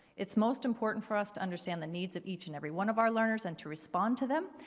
it's most important for us to understand the needs of each and every one of our learners and to respond to them.